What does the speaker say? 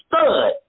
Stud